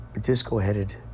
disco-headed